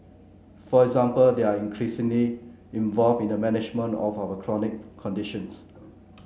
for example they are increasingly involved in the management of our chronic conditions